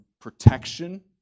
protection